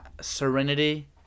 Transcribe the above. Serenity